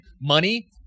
money